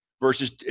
versus